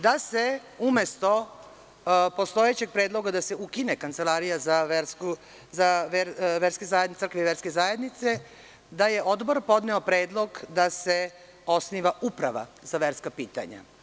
Da se umesto postojećeg predloga da se ukine Kancelarija za crkve i verske zajednice, da je odbor podneo predlog da se osniva uprava za verska pitanja.